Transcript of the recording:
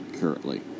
currently